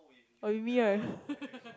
oh with me right